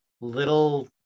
little